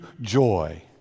joy